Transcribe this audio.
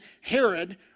Herod